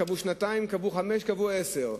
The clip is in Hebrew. קבעו שנתיים, קבעו חמש, קבעו עשר.